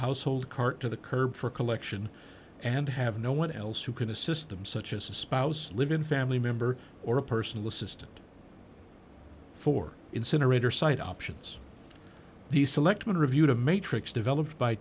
household cart to the curb for collection and have no one else who can assist them such as a spouse live in family member or a personal assistant for incinerator site options the selectmen reviewed a matrix developed by